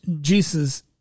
Jesus